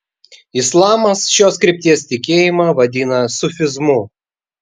islamas šios krypties tikėjimą vadina sufizmu